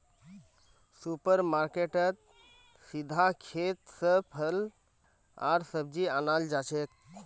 super मार्केटेत सीधा खेत स फल आर सब्जी अनाल जाछेक